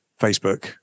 Facebook